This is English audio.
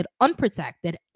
unprotected